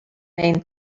main